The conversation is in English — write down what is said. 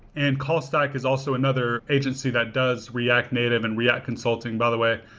and callstack is also another agency that does react native and react consulting. by the way,